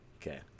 Okay